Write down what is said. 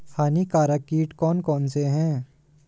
हानिकारक कीट कौन कौन से हैं?